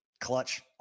Clutch